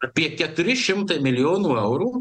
apie keturi šimtai milijonų eurų